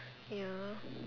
ya